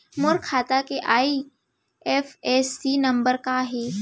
मोर खाता के IFSC number का हे?